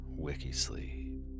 Wikisleep